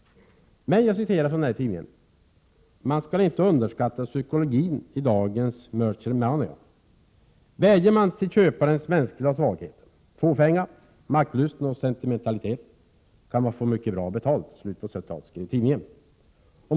Man skall, enligt tidningen, inte underskatta psykologin i dagens merching money. Vädjar man till köparens mänskliga svagheter — fåfänga, maktlystnad och sentimentalitet — kan man få mycket bra betalt, enligt tidningen.